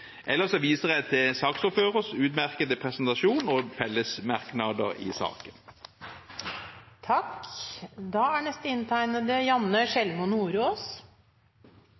Ellers viser jeg til saksordførerens utmerkede presentasjon og fellesmerknadene i saken.